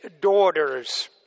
Daughters